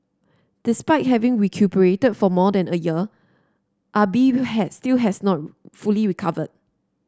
despite having recuperated for more than a year Ah Bi has still has not fully recovered